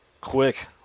quick